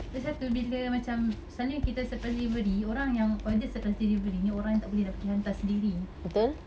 then satu bila macam selalunya kita surprise delivery orang yang order surprise delivery ni orang yang tak boleh nak pergi hantar sendiri